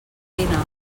dinar